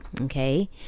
Okay